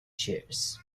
cheers